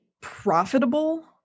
profitable